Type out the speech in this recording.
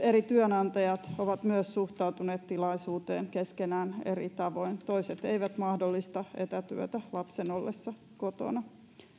eri työnantajat myös ovat suhtautuneet tilaisuuteen keskenään eri tavoin toiset eivät mahdollista etätyötä lapsen ollessa kotona